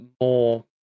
more